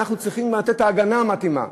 אנחנו צריכים לתת את ההגנה המתאימה.